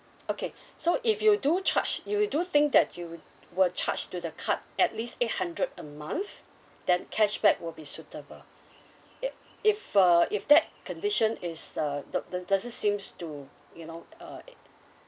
okay so if you do charge you do think that you would will charge to the card at least eight hundred a month then cashback will be suitable yup if uh if that condition is uh do~ do~ doesn't seems to you know uh